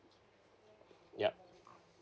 yup